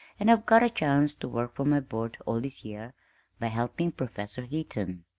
and i've got a chance to work for my board all this year by helping professor heaton.